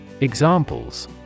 Examples